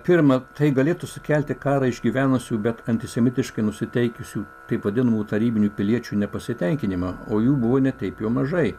pirma tai galėtų sukelti karą išgyvenusių bet antisemitiškai nusiteikusių taip vadinamų tarybinių piliečių nepasitenkinimą o jų buvo ne taip jau mažai